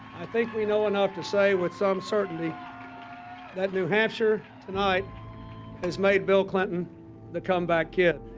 i think we know enough to say with some certainty that new hampshire tonight has made bill clinton the comeback kid.